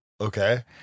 Okay